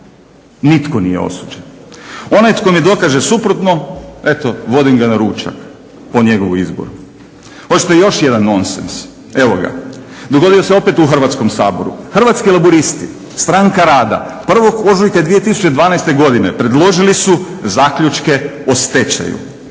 Nitko nije osuđen. Onaj tko mi dokaže suprotno vodim ga na ručak po njegovom izboru. Hoćete još jedan non sens? Evo ga. Dogodio se opet u Hrvatskom saboru. Hrvatski laburisti – stranka rada 1. Ožujka 2012. godine predložili su zaključke o stečaju